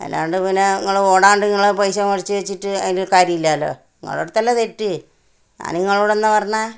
അല്ലാണ്ട് പിന്നെ നിങ്ങൾ ഓടാണ്ട് നിങ്ങൾ പൈസ മേടിച്ച് വെച്ചിട്ട് അതിന്റെ കാര്യം ഇല്ലല്ലോ നിങ്ങടെ അടുത്തല്ലെ തെറ്റ് ഞാന് നിങ്ങളോട് എന്താ പറഞ്ഞത്